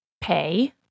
pay